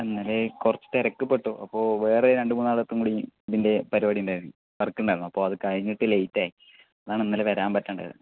ഇന്നലെ കുറച്ച് തിരക്ക് പെട്ടു അപ്പോൾ വേറെ രണ്ട് മൂന്ന് ആളെടുത്തുകൂടി ഇതിൻ്റെ പരിപാടി ഉണ്ടായിരുന്നു വർക്ക് ഉണ്ടായിരുന്നു അപ്പോൾ അത് കഴിഞ്ഞിട്ട് ലേറ്റ് ആയി അതാണ് ഇന്നലെ വരാൻ പറ്റാണ്ട് ആയത് ഓക്കേ